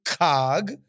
cog